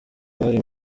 bari